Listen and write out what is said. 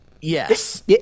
Yes